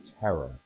terror